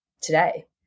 today